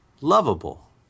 lovable